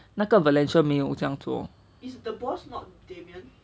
那个 valencia 没有这样做